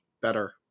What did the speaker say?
better